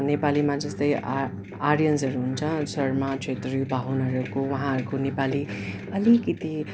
नेपालीमा जस्तै आर आर्यन्सहरू हुन्छ शर्मा क्षेत्री बाहुनहरूको उहाँहरूको नेपाली अलिकति